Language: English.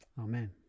Amen